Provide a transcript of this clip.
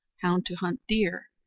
hound to hunt deer,